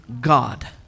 God